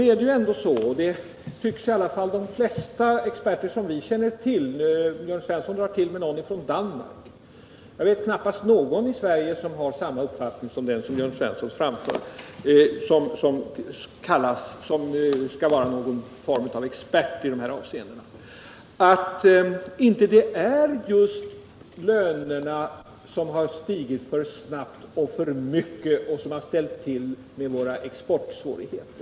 Jörn Svensson drar till med någon expert från Danmark, men när det gäller de experter vi känner till vet jag att knappast någon har samma uppfattning som denne. Jörn Svensson framhåller att det inte är lönerna som stigit för snabbt och för mycket och som ställt till med våra exportsvårigheter.